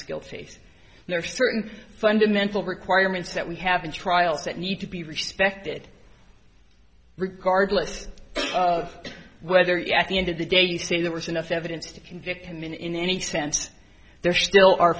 guilty there are certain fundamental requirements that we have in trials that need to be respected regardless of whether you at the end of the day you say there was enough evidence to convict him in any sense there still are